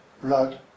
blood